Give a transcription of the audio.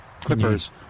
clippers